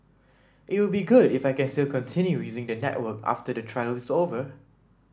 it would be good if I can still continue using the network after the trial is over